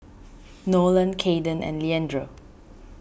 Nolan Kaiden and Leandro